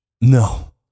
No